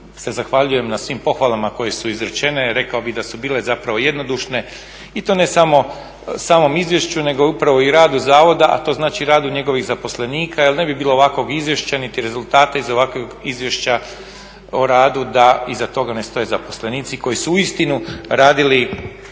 se zahvaljujem na svim pohvalama koje su izrečene. Rekao bih da su bile zapravo jednodušne i to ne u samom izvješću, nego upravo i radu zavoda, a to znači radu njegovih zaposlenika jer ne bi bilo ovakvog izvješća niti rezultata iz ovakvog izvješća o radu da iza toga ne stoje zaposlenici koji su uistinu radili